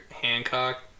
Hancock